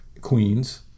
Queens